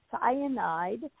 cyanide